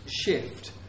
shift